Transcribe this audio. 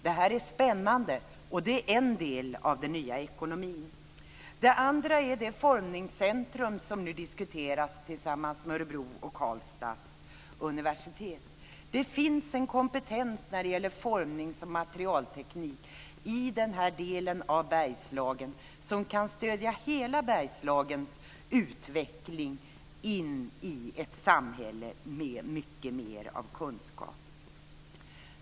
Det här är spännande, och det är en del av den nya ekonomin. En annan bra sak är det formningscentrum som nu diskuteras tillsammans med Örebro och Karlstads universitet. Det finns en kompetens när det gäller formnings och materialteknik i den här delen av Bergslagen som kan stödja hela Bergslagens utveckling mot att bli ett samhälle med mycket mer av kunskap.